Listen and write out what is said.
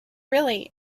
really